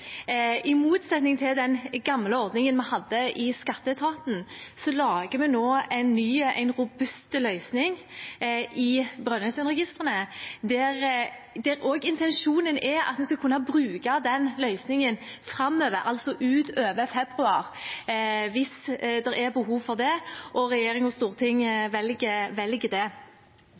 I motsetning til den gamle ordningen vi hadde i skatteetaten, lager vi nå en ny, robust løsning i Brønnøysundregistrene, der intensjonen er at vi skal kunne bruke den løsningen framover, altså utover februar hvis det er behov for det, og regjeringen og Stortinget velger det.